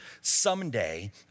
someday